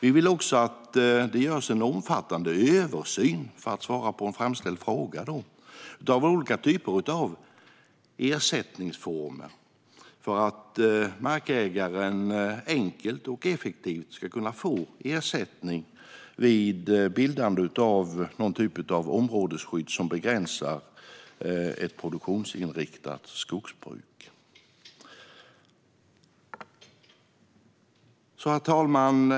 Vi vill också, för att svara på en framställd fråga, att det görs en omfattande översyn av olika ersättningsformer för att markägaren enkelt och effektivt ska kunna få ersättning vid bildande av områdesskydd som begränsar produktionsinriktat skogsbruk. Herr talman!